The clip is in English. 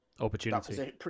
Opportunity